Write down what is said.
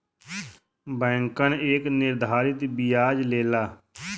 बैंकन एक निर्धारित बियाज लेला